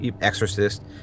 Exorcist